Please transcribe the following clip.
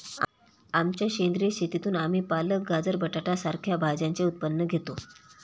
आमच्या सेंद्रिय शेतीतून आम्ही पालक, गाजर, बटाटा सारख्या भाज्यांचे उत्पन्न घेतो